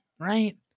right